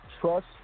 Trust